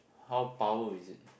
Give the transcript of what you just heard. how power is it